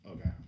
okay